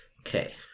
Okay